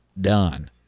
done